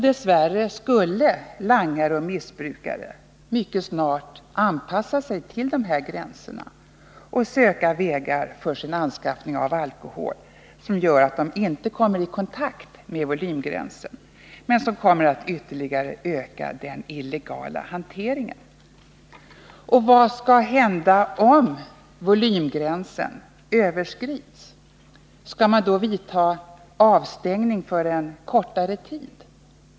Dess värre skulle langare och missbrukare mycket snart anpassa sig till dessa gränser och söka vägar för sin anskaffning av alkohol som gör att de inte kommer i kontakt med volymgränsen men som kommer att ytterligare öka den illegala hanteringen. Och vad skall hända om volymgränsen överskrids? Skall man då vidta en avstängning för kortare tid?